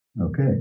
Okay